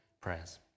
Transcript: prayers